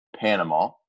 Panama